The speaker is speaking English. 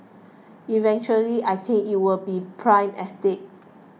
eventually I think it will be prime estate